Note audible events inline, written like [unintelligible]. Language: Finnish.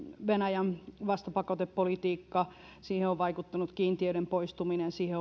venäjän vastapakotepolitiikka siihen on on vaikuttanut kiintiöiden poistuminen ja siihen [unintelligible]